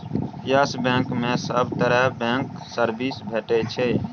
yes Bank मे सब तरहक बैंकक सर्विस भेटै छै